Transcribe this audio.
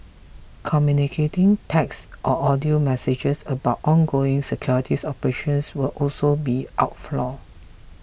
communicating text or audio messages about ongoing security operations will also be outlawed